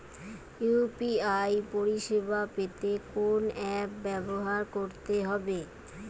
UPI পরিসেবা পেতে কোন অ্যাপ ব্যবহার করতে হবে?